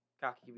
cocky